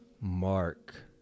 Mark